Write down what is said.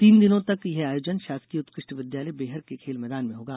तीन दिनों का यह आयोजन शासकीय उत्कृष्ट विद्यालय बैहर के खेल मैदान में होगा